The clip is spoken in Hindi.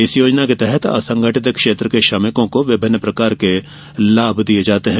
इस योजना के तहत असंगठित क्षेत्र के श्रमिकों को विभिन्न प्रकार के लाभ दिये जाते हैं